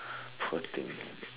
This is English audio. poor thing